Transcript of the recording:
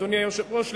אדוני היושב-ראש,